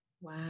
Wow